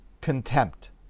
contempt